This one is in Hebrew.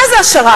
מה זה השר"פ?